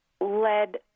led